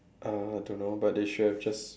uh don't know but they should have just